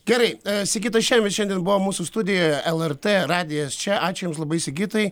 gerai sigitas šemis šiandien buvo mūsų studijoje lrt radijas čia ačiū jums labai sigitai